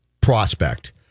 prospect